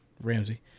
Ramsey